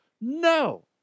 no